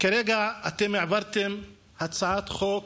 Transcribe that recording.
כרגע אתם העברתם הצעת חוק